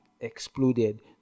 exploded